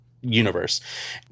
universe